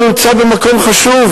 הוא נמצא במקום חשוב,